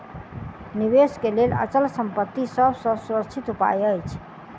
निवेश के लेल अचल संपत्ति सभ सॅ सुरक्षित उपाय अछि